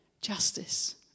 justice